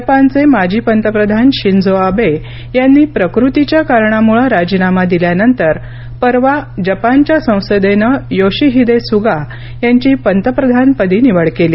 जपानचे माजी पंतप्रधान शिंझो आबे यांनी प्रकृतीच्या कारणामुळे राजीनामा दिल्यानंतर परवा जपानच्या संसदेनं योशिहिदे सुगा यांची पंतप्रधानपदी निवड केली